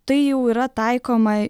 tai jau yra taikoma